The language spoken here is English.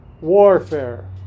warfare